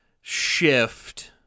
shift